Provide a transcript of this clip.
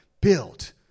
built